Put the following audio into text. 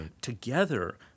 together